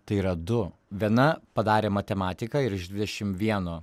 tai yra du viena padarė matematiką ir iš dvidešim vieno